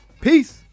Peace